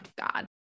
God